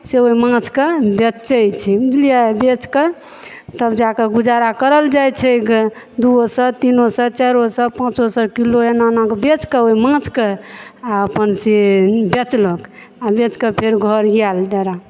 से ओहि माँछके बेचै छै बुझलियै बेच कऽ तब जा कऽ गुजारा कयल जाइ छै गऽ दू सए तीन सए चाइरो सए पाँचो सए किलो एना एना कऽ बेच कऽ ओहि माँछके आ अपन से बेचलक आ बेच कऽ फेर घर आयल डेरा